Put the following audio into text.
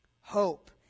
hope